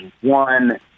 one